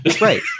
Right